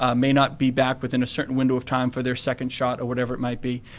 ah may not be back within a certain window of time for their second shot or whatever it might be.